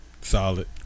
Solid